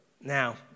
Now